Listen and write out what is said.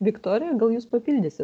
viktorija gal jūs papildysit